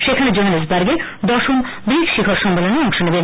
সেখানে জোহানেসবার্গে দশম ব্রিকস শিখর সম্মেলনে অংশ নেবেন